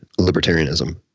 libertarianism